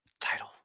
Title